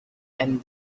and